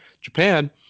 Japan